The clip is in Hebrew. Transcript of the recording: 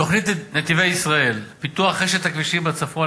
תוכנית "נתיבי ישראל" פיתוח רשת הכבישים בצפון,